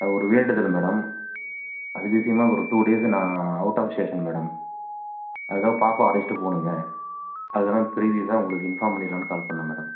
ஒரு வேண்டுதல் மேடம் அதுவிசயமாக ஒரு டூ டேஸ் நான் அவுட் ஆஃப் ஸ்டேஷன் மேடம் அதுதான் பாப்பா அழைச்சிட்டுப் போகனுங்க அதனால தான் ப்ரீவியசாக உங்களுக்கு இன்ஃபார்ம் பண்ணிர்லான்னு கால் பண்ணேன் மேடம்